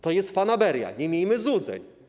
To jest fanaberia, nie miejmy złudzeń.